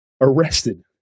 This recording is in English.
arrested